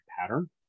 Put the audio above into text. pattern